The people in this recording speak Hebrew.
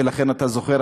ולכן אתה זוכר,